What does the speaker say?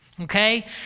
okay